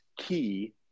key